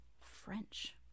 french